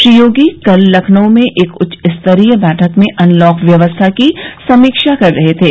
श्री योगी कल लखनऊ में एक उच्चस्तरीय बैठक में अनलॉक व्यवस्था की समीक्षा कर रहे थे